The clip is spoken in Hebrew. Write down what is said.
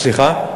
סליחה?